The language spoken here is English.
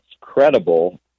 credible